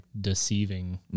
deceiving